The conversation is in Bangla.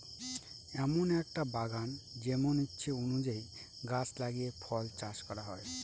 এমন একটা বাগান যেমন ইচ্ছে অনুযায়ী গাছ লাগিয়ে ফল চাষ করা হয়